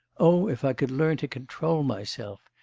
oh, if i could learn to control myself!